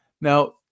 Now